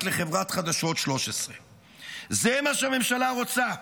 לחברת חדשות 13. זה מה שהממשלה רוצה,